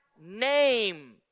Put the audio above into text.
name